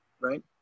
right